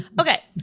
Okay